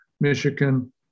Michigan